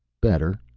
better.